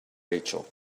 rachel